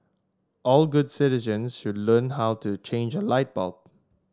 all good citizens should learn how to change a light bulb